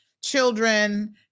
children